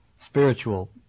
spiritual